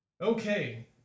Okay